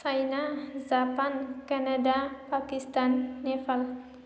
China Japan Canada Pakistan Nepal